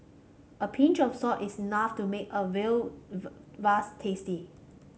a pinch of salt is enough to make a veal tasty